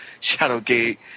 Shadowgate